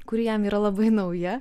kuri jam yra labai nauja